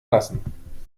lassen